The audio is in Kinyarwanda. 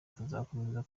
tuzakomeza